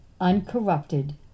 uncorrupted